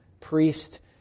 priest